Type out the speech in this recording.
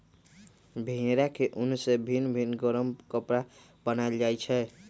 भेड़ा के उन से भिन भिन् गरम कपरा बनाएल जाइ छै